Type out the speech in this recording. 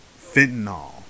fentanyl